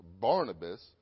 Barnabas